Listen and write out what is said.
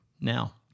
now